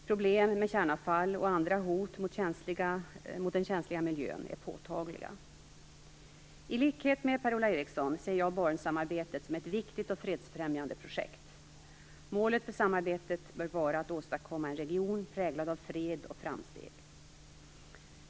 Problem med kärnavfall och andra hot mot den känsliga miljön är påtagliga. I likhet med Per-Ola Eriksson ser jag Barentssamarbetet som ett viktigt och fredsfrämjande projekt. Målet för samarbetet bör vara att åstadkomma en region präglad av fred och framsteg.